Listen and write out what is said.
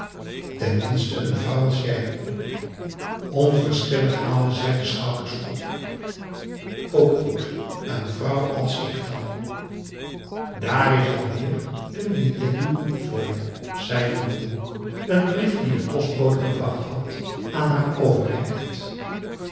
minste een vrouw als jij p a daum hoe hij raad van indië werd onder ps maurits onverschillig haalde zij de schouders op ook goed een vrouw als ik dan daar is alweer een billet doux voor je zei van den broek een brief die de postbode gebracht had aan haar